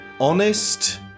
honest